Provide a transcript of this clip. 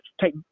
take